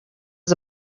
was